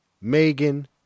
Megan